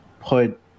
put